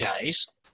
days